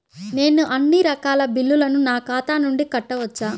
నేను అన్నీ రకాల బిల్లులను నా ఖాతా నుండి కట్టవచ్చా?